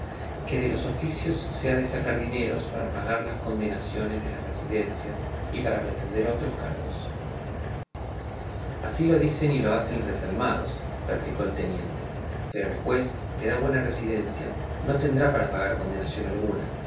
que de los oficios se ha de sacar dineros para pagar las condenaciones de las residencias y para pretender otros cargos así lo dicen y lo hacen los desalmados replicó el teniente pero el juez que da buena residencia no tendrá que pagar condenación alguna